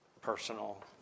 personal